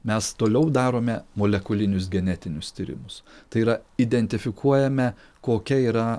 mes toliau darome molekulinius genetinius tyrimus tai yra identifikuojame kokia yra